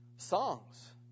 Songs